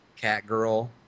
Catgirl